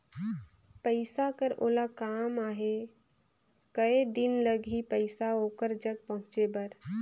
पइसा कर ओला काम आहे कये दिन लगही पइसा ओकर जग पहुंचे बर?